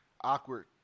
awkward